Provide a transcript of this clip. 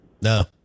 No